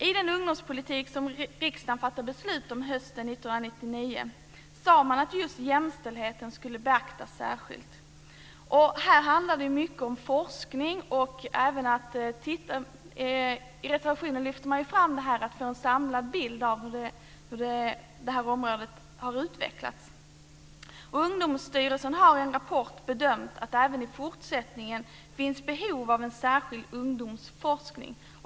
I den ungdomspolitik som riksdagen fattade beslut om hösten 1999 sade man att just jämställdheten särskilt skulle beaktas. Här handlar det mycket om forskning. I reservationen lyfter man fram detta med att få en samlad bild av hur det här området har utvecklats. Ungdomsstyrelsen har i en rapport bedömt att det även i fortsättningen finns behov av en särskild ungdomsforskning.